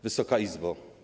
Wysoka Izbo!